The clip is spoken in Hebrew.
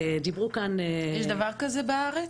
יש דבר כזה בארץ?